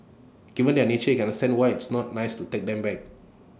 given their nature you can understand why it's not nice to take them back